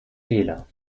fehler